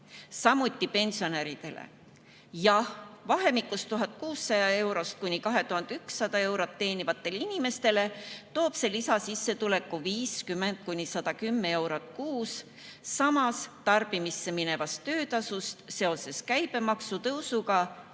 samuti pensionäridele. Jah, vahemikus 1600–2100 eurot teenivatele inimestele toob see lisasissetuleku 50–110 eurot kuus, samas tarbimisse minevast töötasust ei jää seoses käibemaksu tõusuga